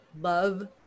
love